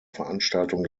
veranstaltung